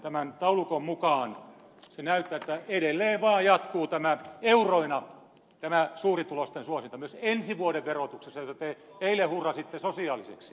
tämän taulukon mukaan näyttää että edelleen vaan jatkuu euroina tämä suurituloisten suosinta myös ensi vuoden verotuksessa jota te eilen hurrasitte sosiaaliseksi